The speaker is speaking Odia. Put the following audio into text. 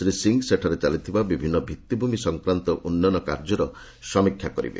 ଶ୍ରୀ ସିଂ ସେଠାରେ ଚାଲିଥିବା ବିଭିନ୍ନ ଭିଭିଭୂମି ସଂକ୍ରାନ୍ତ ଉନ୍ନୟନ କାର୍ଯ୍ୟର ସମୀକ୍ଷା କରିବେ